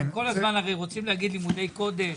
כל הזמן הרי רוצים להגיד לימודי קודש,